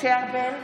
משה ארבל,